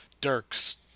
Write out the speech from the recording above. Dirk's